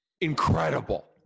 incredible